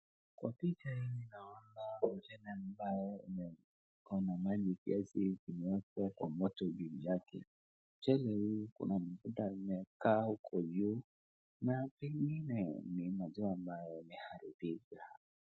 Kwa picha hii naona mchele ambayo iko na maji kiasi imewekwa kwa moto dhidi yake. Mchele huu ikona mafuta imekaa huko juu na pengine ni mafuta ambayo imeharibika.